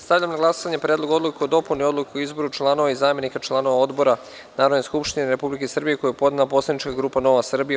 Stavljam na glasanje Predlog odluke o dopuni Odluke o izboru članova i zamenika članova odbora Narodne Skupštine Republike Srbije, koji je podnela poslanička grupa Nova Srbija, u